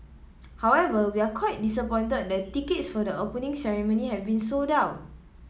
however we're quite disappointed that tickets for the Opening Ceremony have been sold out